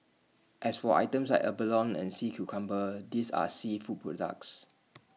as for items like abalone and sea cucumber these are seafood products